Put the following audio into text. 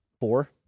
four